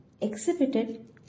exhibited